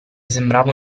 sembrava